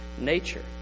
nature